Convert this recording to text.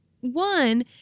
one